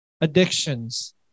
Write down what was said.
addictions